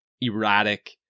erratic